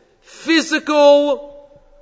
physical